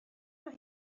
mae